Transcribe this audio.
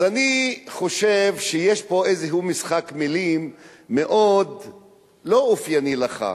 אז אני חושב שיש פה איזה משחק מלים מאוד לא אופייני לך.